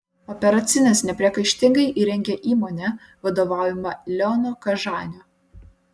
operacines nepriekaištingai įrengė įmonė vadovaujama leono kažanio